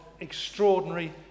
extraordinary